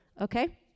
okay